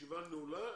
הישיבה נעולה.